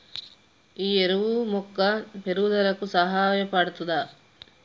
ఈ ఎరువు మొక్క పెరుగుదలకు సహాయపడుతదా?